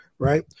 Right